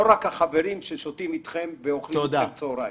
לא רק החברים ששותים איתכם ואוכלים איתכם צהריים.